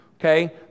okay